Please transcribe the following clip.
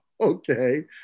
okay